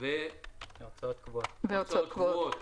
והוצאות קבועות